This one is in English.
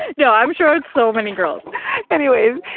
no. i'm sure it's so many girls anyways,